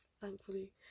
thankfully